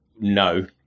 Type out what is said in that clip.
no